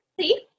See